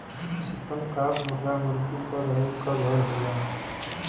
चिकन coop मुरगा मुरगी क रहे क घर होला